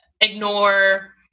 ignore